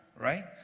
right